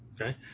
Okay